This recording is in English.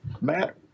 matt